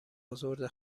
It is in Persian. ازرده